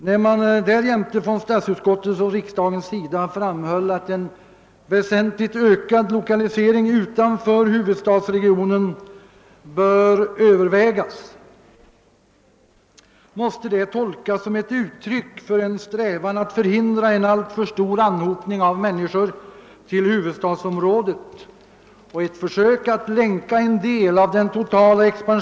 När därjämte statsutskottet och riksdagen framhöll att en väsentligt ökad lokalisering utanför huvudstadsregionen bör övervägas, måste det tolkas som ett uttryck för en strävan att förhindra en alltför stor anhopning av människor till huvudstadsområdet.